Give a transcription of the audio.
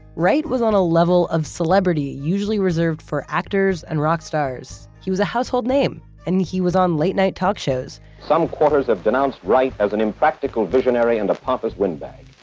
wright was on a level of celebrity usually reserved for actors and rock stars. he was a household name and he was on late-night talk shows some quarters have denounced wright as an impractical visionary and a pompous windbag.